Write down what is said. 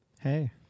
hey